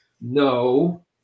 No